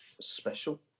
special